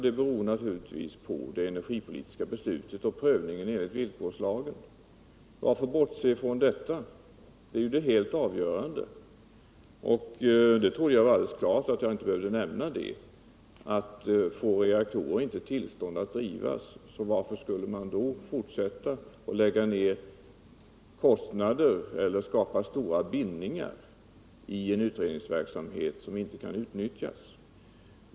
Det beror naturligtvis på det energipolitiska beslutet och prövningen enligt villkorslagen. Varför bortse från detta? Det är ju helt avgörande. Jag trodde att det var så klart att jag inte behövde nämna den saken. Om man inte får tillstånd att driva reaktorer, varför skall man då fortsätta att lägga ned kostnader eller skapa stora bindningar i en utredningsverksamhet som inte kan utnyttjas.